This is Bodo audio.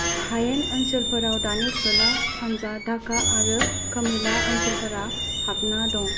हायेन ओनसोलफोराव दानि खोला सानजा ढाका आरो कोमिला ओनसोलफोरा हाबना दं